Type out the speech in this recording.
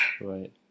Right